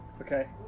Okay